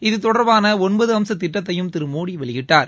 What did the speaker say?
இது தொடர்பான ஒன்பது அம்ச திட்டத்தையும் திரு மோடி வெளியிட்டார்